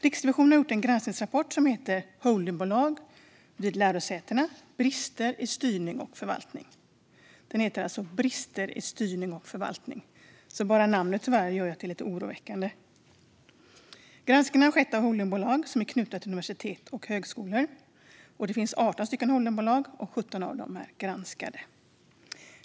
Riksrevisionen har gjort en granskningsrapport som heter Holdingbolag vid la ̈rosa ̈tena - brister i styrning och fo ̈rvaltning , och bara namnet är lite oroväckande. Granskningen har skett av holdingbolag som är knutna till universitet och högskolor. Det finns i dag 18 sådana holdingbolag, varav 17 är granskade.